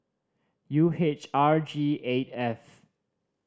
U H R G eight F